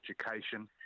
education